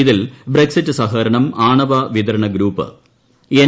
ഇതിൽ ബ്രിക്സിറ്റ് സഹകരണം ആണവ വിതരണ ഗ്രൂപ്പ് എൻ